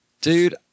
Dude